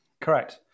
Correct